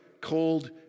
cold